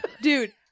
Dude